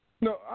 No